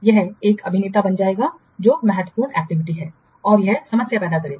यह एक अभिनेता बन जाएगा जो महत्वपूर्ण एक्टिविटी है और यह समस्या पैदा करेगा